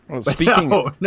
Speaking